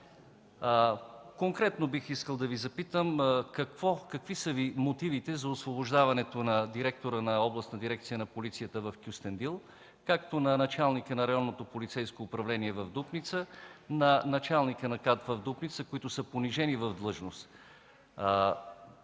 Конкретно бих искал да Ви попитам какви са Ви мотивите за освобождаването на директора на Областна дирекция на полицията в Кюстендил, както и на началника на Районното полицейско управление в Дупница, на началника на КАТ в Дупница, които са понижени в длъжност.